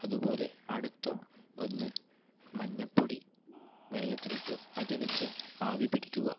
അതുപോലെ അടുത്ത ഒന്ന് മഞ്ഞപ്പൊടി വെള്ളത്തിലിട്ട് അത് വെച്ച് ആവിപിടിക്കുക